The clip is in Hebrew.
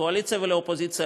לקואליציה ולאופוזיציה,